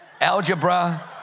algebra